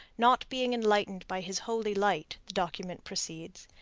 not being enlightened by his holy light the document proceeds,